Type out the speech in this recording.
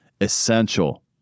essential